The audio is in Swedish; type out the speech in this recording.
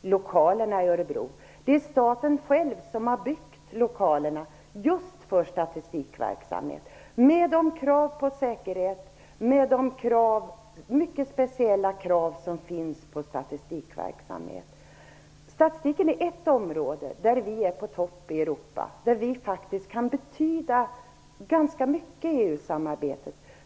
lokalerna i Örebro. Det är staten själv som har byggt lokalerna just för statistikverksamhet, med de krav på säkerhet, med de mycket speciella krav som finns på statistikverksamhet. Statistiken är ett område där vi är på topp i Europa, där vi faktiskt kan betyda ganska mycket i EU samarbetet.